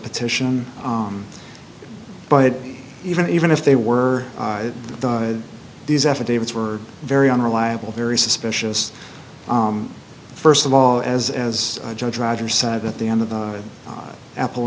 petition but even even if they were these affidavits were very unreliable very suspicious first of all as as judge roger said at the end of the apple